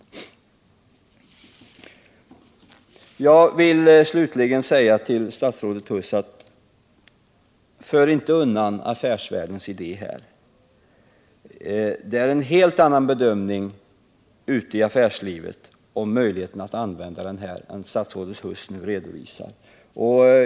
Jag vill slutligen säga till statsrådet Huss: För inte undan Affärsvärldens idéer. Det är ute i affärslivet en helt annan bedömning av möjligheten att använda avdragen än den som statsrådet Huss nu redovisar.